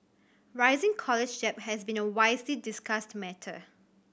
rising college debt has been a widely discussed matter